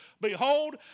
behold